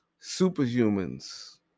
superhumans